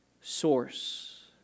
source